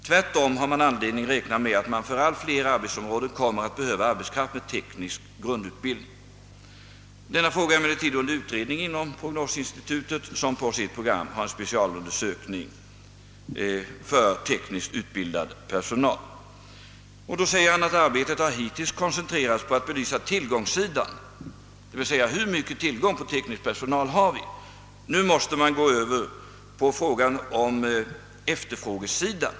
Tvärtom har man anledning räkna med att det på allt fler arbetsområden kommer att behövas arbetskraft med teknisk grundutbildning. Denna fråga är emellertid under utredning inom prognosinstitutet, som på sitt program har en specialundersökning beträffande tekniskt utbildad personal. Arbetet har hittills, säger generaldirektören, koncentrerats på att belysa tillgångssidan, alltså tillgången på teknisk personal — nu måste man gå över till att belysa efterfrågesidan.